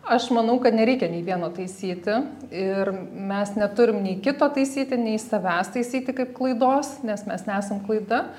aš manau kad nereikia nei vieno taisyti ir mes neturim nei kito taisyti nei savęs taisyti kaip klaidos nes mes nesam klaida